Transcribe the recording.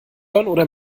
oder